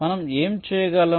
మనం ఏమి చేయగలం